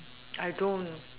I don't